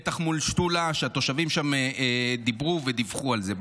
בטח מול שתולה, התושבים שם דיברו ודיווחו על זה.